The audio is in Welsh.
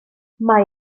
mae